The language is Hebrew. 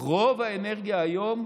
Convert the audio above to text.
רוב האנרגיה היום,